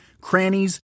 crannies